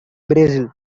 brazil